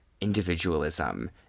individualism